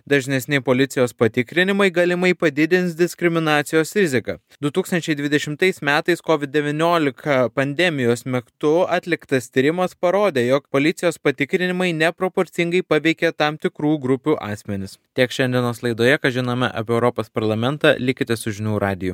dažnesni policijos patikrinimai galimai padidins diskriminacijos riziką du tūkstančiai dvidešimtais metais covid devyniolika pandemijos metu atliktas tyrimas parodė jog policijos patikrinimai neproporcingai paveikė tam tikrų grupių asmenis tiek šiandienos laidoje ką žinome apie europos parlamentą likite su žinių radiju